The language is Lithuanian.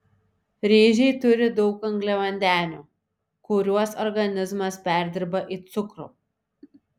ryžiai turi daug angliavandenių kuriuos organizmas perdirba į cukrų